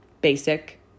basic